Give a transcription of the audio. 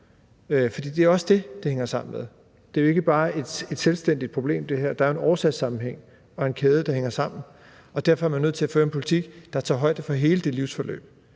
For det er også det, det hænger sammen med. Det her er jo ikke bare et selvstændigt problem. Der er jo en årsagssammenhæng og en kæde, der hænger sammen, og derfor er man nødt til at føre en politik, der tager højde for hele det livsforløb.